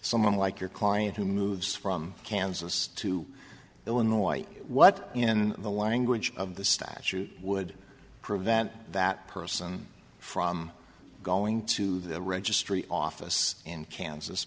someone like your client who moves from kansas to illinois what in the language of the statute would prevent that person from going to the registry office in kansas